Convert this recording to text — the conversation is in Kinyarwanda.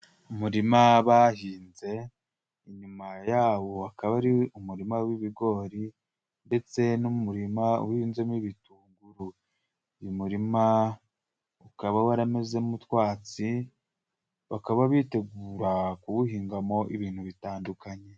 Umurima bahinze inyuma yawo akaba hari umurima w'ibigori, ndetse n'umurima uhinzemo ibitunguru. Uyu murima ukaba warameze utwatsi, bakaba bitegura kuwuhingamo ibintu bitandukanye.